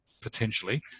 potentially